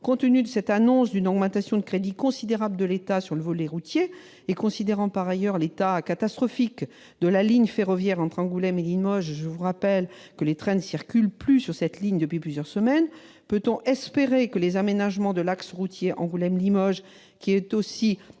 à la fois de cette annonce d'une augmentation considérable des crédits de l'État alloués au domaine routier et de l'état catastrophique de la ligne ferroviaire entre Angoulême et Limoges- je vous rappelle que les trains ne circulent plus sur cette ligne depuis plusieurs semaines-, peut-on espérer que les aménagements de l'axe routier Angoulême-Limoges, qui est aussi